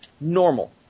normal